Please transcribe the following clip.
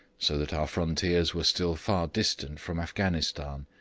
so that our frontiers were still far distant from afghanistan.